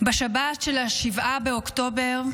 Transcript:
בשבת של 7 באוקטובר,